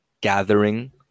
gathering